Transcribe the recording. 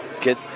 get